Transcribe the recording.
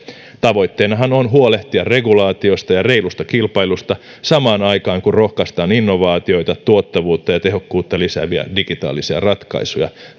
tavoitteenahan on huolehtia regulaatiosta ja reilusta kilpailusta samaan aikaan kun rohkaistaan innovaatioita tuottavuutta ja tehokkuutta lisääviä digitaalisia ratkaisuja